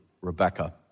Rebecca